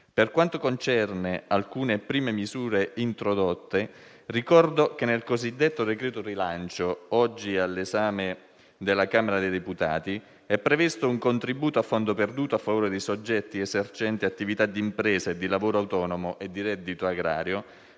Per quanto concerne alcune prime misure introdotte, ricordo che nel cosiddetto decreto rilancio, oggi all'esame della Camera dei deputati, è previsto un contributo a fondo perduto a favore di soggetti esercenti attività di impresa e di lavoro autonomo o titolari di reddito agrario,